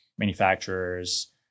manufacturers